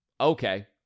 Okay